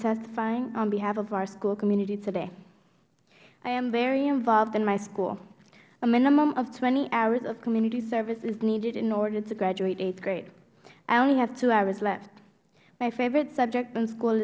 testifying on behalf of our school community today i am very involved in my school a minimum of twenty hours of community service is needed in order to graduate eighth grade i only have two hours left my favorite subject in school